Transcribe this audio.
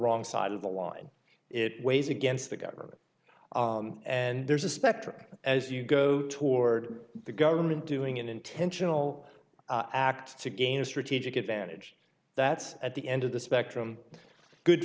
wrong side of the line it weighs against the government and there's a spectrum as you go toward the government doing an intentional act to gain a strategic advantage that's at the end of the spectrum good